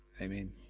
Amen